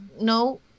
no